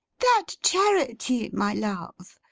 that charity, my love.